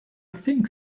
think